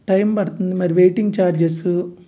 time పడుతుంది మరి waiting charges